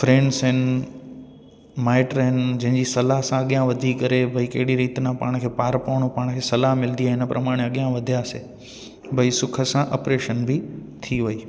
friends आहिनि माइट आहिनि जंहिंजी सलाह सां अॻियां वधी करे भई कहिड़ी रीति न पाण खे पारु पवणो पाण खे सलाह मिलंदी आहे हिन प्रमाणे अॻियां वधियासि भई सुख सां अपरेशन बि थी वई